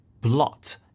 blot